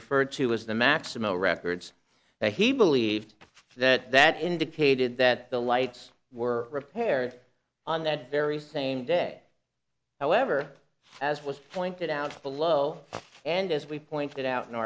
referred to as the maximo records that he believed that that indicated that the lights were repaired on that very same day however as was pointed out below and as we pointed out in